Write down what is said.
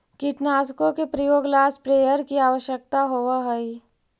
कीटनाशकों के प्रयोग ला स्प्रेयर की आवश्यकता होव हई